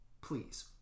Please